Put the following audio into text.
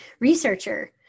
researcher